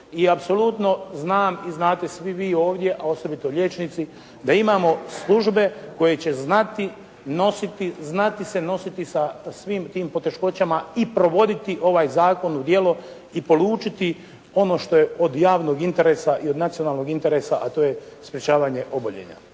i apsolutno znam i znate svi vi ovdje, a osobito liječnici da imamo službe koje će znati nositi, znati se nositi sa svim tim poteškoćama i provoditi ovaj zakon u djelo i polučiti ono što je od javnog interesa i od nacionalnog interesa, a to je sprječavanje oboljenja.